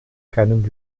keinen